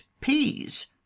peas